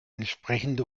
entsprechende